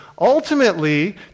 Ultimately